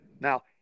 Now